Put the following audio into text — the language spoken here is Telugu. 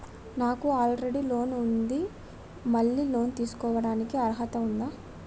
నాకు ఆల్రెడీ లోన్ ఉండి మళ్ళీ లోన్ తీసుకోవడానికి అర్హత ఉందా?